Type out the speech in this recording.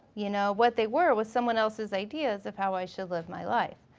you know, what they were was someone else's ideas of how i should live my life.